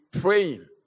praying